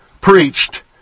preached